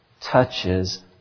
touches